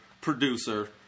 producer